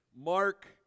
Mark